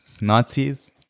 Nazis